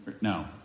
No